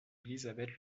élisabeth